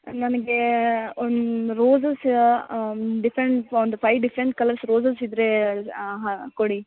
ನನಗೆ ಒಂದು roses different ಒಂದು ಫೈವ್ ಡಿಫ್ರೆಂಟ್ ಕಲರ್ಸ್ ರೋಸಸ್ ಇದ್ದರೆ ಕೊಡಿ